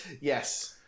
Yes